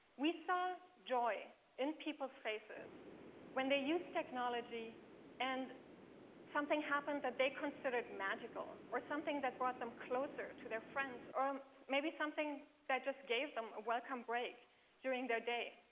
we saw joy in people's faces when they used technology and something happened that they considered magical or something that brought them closer to their friends or um maybe something that just gave them a welcome break during their day.